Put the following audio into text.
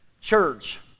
church